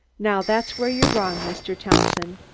now, that's where you're wrong, mr. thompson.